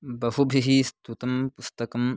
बहुभिः स्तुतं पुस्तकम्